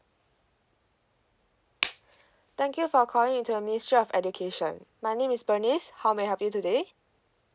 thank you for calling in to the ministry of education my name is bernice how may I help you today